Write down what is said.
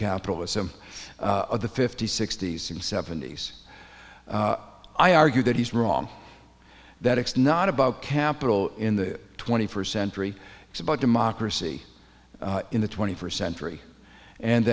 capitalism of the fifty's sixty's and seventy's i argued that he's wrong that it's not about capital in the twenty first century it's about democracy in the twenty first century and